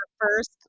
first